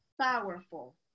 powerful